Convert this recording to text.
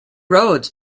roads